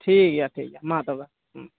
ᱴᱷᱤᱠᱜᱮᱭᱟ ᱴᱷᱤᱠᱜᱮᱭᱟ ᱢᱟ ᱛᱚᱵᱮ ᱦᱩᱸ